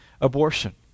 abortion